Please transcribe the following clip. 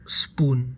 spoon